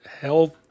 health